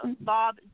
Bob